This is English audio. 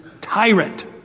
tyrant